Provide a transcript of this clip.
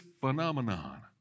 phenomenon